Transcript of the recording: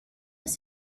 was